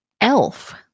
Elf